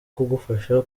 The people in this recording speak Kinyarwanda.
kugufasha